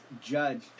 judged